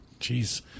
Jeez